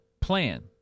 plan